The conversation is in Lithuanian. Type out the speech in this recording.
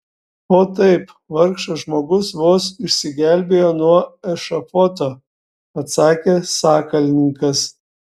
o taip vargšas žmogus vos išsigelbėjo nuo ešafoto atsakė sakalininkas